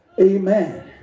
Amen